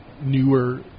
newer